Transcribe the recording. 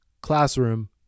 classroom